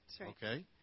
Okay